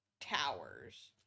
towers